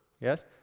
yes